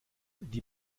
die